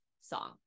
song